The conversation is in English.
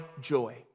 joy